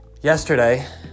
yesterday